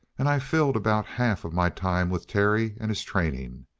and i've filled about half of my time with terry and his training.